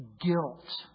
guilt